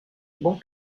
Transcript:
bon